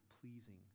pleasing